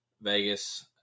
Vegas